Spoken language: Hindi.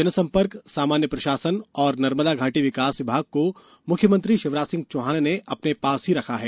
जनसम्पर्क समान्य प्रशासन और नर्मदा घाटी विकास विभाग को मुख्यमंत्री शिवराज सिंह चौहान ने अपने पास ही रखा है